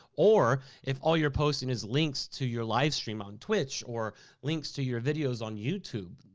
or if all you're posting is links to your live stream on twitch, or links to your videos on youtube,